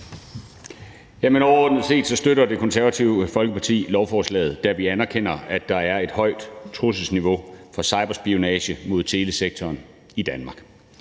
Overordnet set støtter Det Konservative Folkeparti lovforslaget, da vi anerkender, at der er et højt trusselsniveau for cyberspionage mod telesektoren i Danmark.